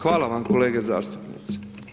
Hvala vam kolege zastupnici.